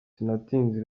sinatinze